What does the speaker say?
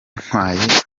ntwaye